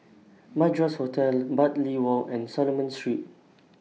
Madras Hotel Bartley Walk and Solomon Street